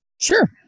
Sure